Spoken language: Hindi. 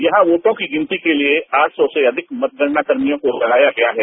यहां वोटों की गिनती के लिए आठ सौ से अधिक मतगणना कर्मियों को लगाया गया है